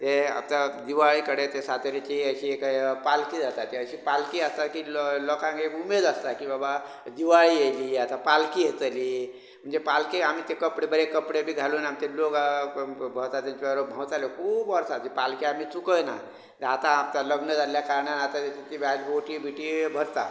हे आतां दिवळी कडेन ते सातेरीची अशी एक पालकी जाता ती अशी पालकी जातकीत लो लोकांक एक उमेद आसता की बाबा दिवाळी येयली आतां पालकी येतली म्हणचे पालकेक आमी ते कपडे बरें कपडे बीन घालून आमचे लोक भोंवता तेंचे बरोबर भोवतालें खूब वर्सां म्हणजे पालकी आमी चुकयना आतां आतां लग्न जाल्ल्या कारणान गी गा होटी बिटी भरता